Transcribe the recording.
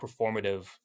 performative